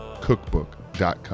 cookbook.com